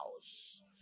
house